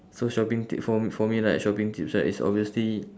so shopping tip for for me right shopping tips right it's obviously